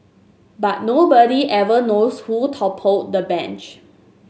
but nobody ever knows who toppled the bench